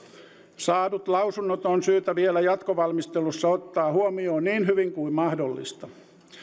saadut lausunnot on syytä vielä jatkovalmistelussa ottaa huomioon niin hyvin kuin mahdollista